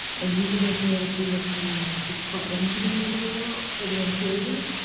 and using the cnc machine to cut into the material for the interior.